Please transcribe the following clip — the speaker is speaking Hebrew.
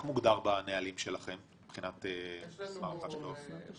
איך הוא מוגדר בנהלים שלכם מבחינת --- יש לנו